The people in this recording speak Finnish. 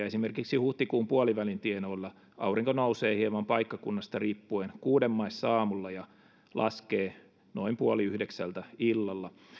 esimerkiksi huhtikuun puolivälin tienoilla aurinko nousee hieman paikkakunnasta riippuen kuuden maissa aamulla ja laskee noin puoli yhdeksältä illalla